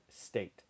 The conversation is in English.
state